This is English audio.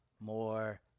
more